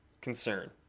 Concern